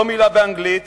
מלה באנגלית,